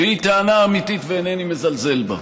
והיא טענה אמיתית, ואינני מזלזל בה,